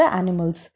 animals